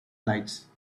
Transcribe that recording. lights